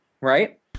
right